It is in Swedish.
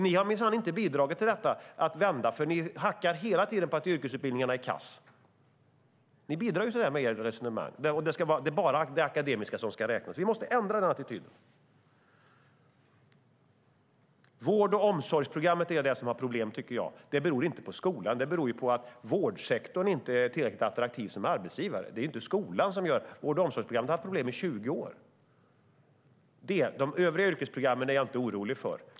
Ni har minsann inte bidragit till att vända detta eftersom ni hela tiden hackar på att yrkesutbildningarna är kass. Ni bidrar till detta med ert resonemang. Det är bara det akademiska som ska räknas. Vi måste ändra den attityden. Vård och omsorgsprogrammet är det program som har problem, tycker jag. Det beror inte på skolan, utan det beror på att vårdsektorn inte är tillräckligt attraktiv som arbetsgivare. Vård och omsorgsprogrammet har haft problem i 20 år. De övriga yrkesprogrammen är jag inte orolig för.